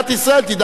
זה תקציבית.